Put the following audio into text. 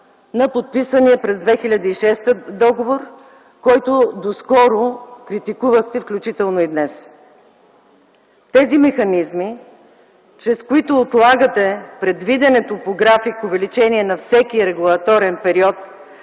на подписания през 2006 г. договор, който доскоро критикувахте, включително и днес. Тези механизми, чрез които отлагате предвиденото по график увеличение на всеки регулаторен период,